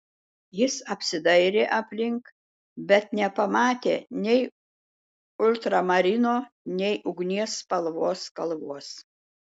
jis apsidairė aplink bet nepamatė nei ultramarino nei ugnies spalvos kalvos